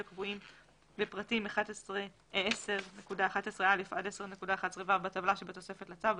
הקבועים בפרטים 10.11א עד 10.11ו בטבלה שבתוספת לצו,